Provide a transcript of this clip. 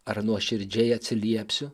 ar nuoširdžiai atsiliepsiu